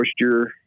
moisture